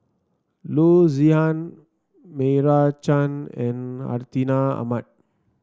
Loo Zihan Meira Chand and Hartinah Ahmad